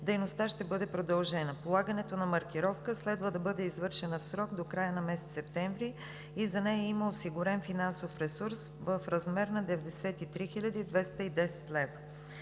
дейността ще бъде продължена. Полагането на маркировка следва да бъде извършена в срок до края на месец септември и за нея има осигурен финансов ресурс в размер на 93 210 лв.